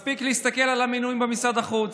מספיק להסתכל על המינויים במשרד החוץ,